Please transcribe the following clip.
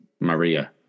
Maria